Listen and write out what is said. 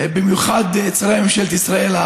במיוחד את שרי ממשלת ישראל,